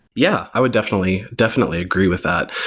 yeah, i would definitely, definitely agree with that.